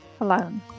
alone